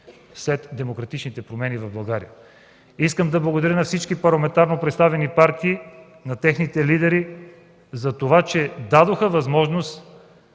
след демократичните промени в България. Искам да благодаря на всички парламентарно представени партии, на техните лидери, затова че дадоха възможност